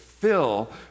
Fill